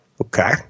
Okay